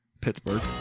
Pittsburgh